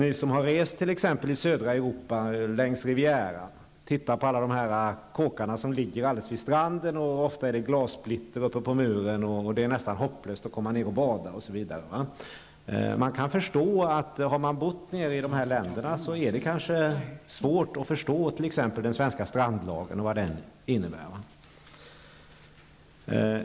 Ni som har rest t.ex. i södra Europa, längs Rivieran och tittat på alla kåkarna som ligger alldeles vid stranden -- ofta är det glassplitter uppe på muren, och det är nästan hopplöst att komma ner och bada --, kan förstå att de som har bott i de länderna har svårt att förstå bl.a. den svenska strandlagen och vad den innebär.